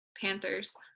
Panthers